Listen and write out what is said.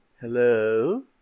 Hello